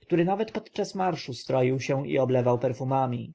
który nawet podczas marszu stroił się i oblewał perfumami